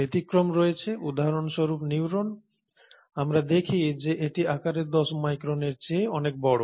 ব্যতিক্রম রয়েছে উদাহরণস্বরূপ নিউরন আমরা দেখি যে এটি আকারে 10 মাইক্রনের চেয়ে অনেক বড়